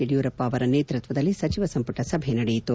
ಯಡಿಯೂರಪ್ಪ ಅವರ ನೇತೃತ್ವದಲ್ಲಿ ಸಚಿವ ಸಂಪುಟ ಸಭೆ ನಡೆಯಿತು